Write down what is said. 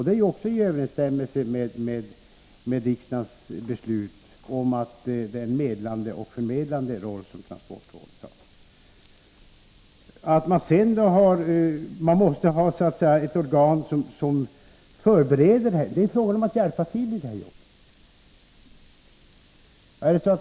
Detta är också i överensstämmelse med riksdagens beslut om transportrådets medlande och förmedlande roll. Sedan är det en annan sak att man måste ha ett organ som förbereder och hjälper till.